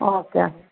okay